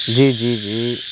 جی جی جی